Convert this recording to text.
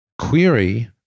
query